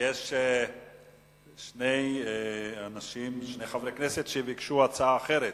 יש שני חברי כנסת שביקשו הצעה אחרת.